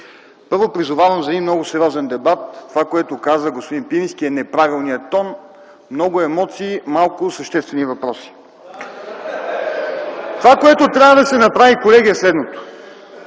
Първо, призовавам за един много сериозен дебат. Това, което каза господин Пирински, е неправилният тон – много емоции, малко съществени въпроси. (Оживление в КБ.) Това, което трябва да се направи, колеги, е следното.